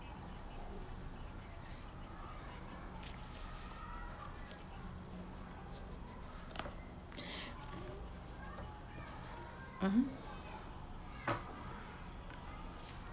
mmhmm